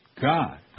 God